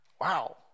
Wow